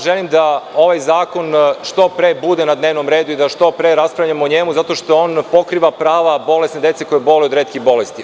Želim da ovaj zakon bude što pre na dnevnom redu i da što pre raspravljamo o njemu zato što on pokriva prava bolesne dece koja boluju od retke bolesti.